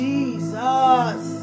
Jesus